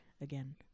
again